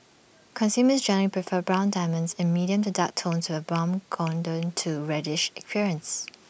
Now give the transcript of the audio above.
consumers generally prefer brown diamonds in medium to dark tones with A brown golden to reddish appearance